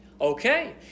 Okay